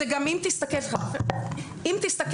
אם תסתכל בדיונים,